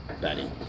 Betty